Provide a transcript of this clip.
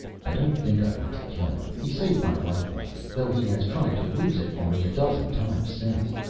i don't think i want to kill him. he saved my life once, though he has tried to lose it for me a dozen times since.